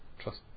trust